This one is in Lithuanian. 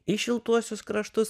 į šiltuosius kraštus